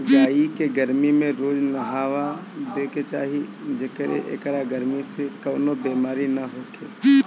गाई के गरमी में रोज नहावा देवे के चाही जेसे एकरा गरमी से कवनो बेमारी ना होखे